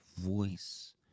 voice